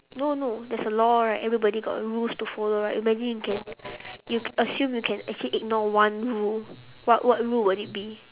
no no there's a law right everybody got rules to follow right imagine you can you assume you can actually ignore one rule what what rule would it be